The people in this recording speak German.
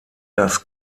das